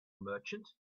merchant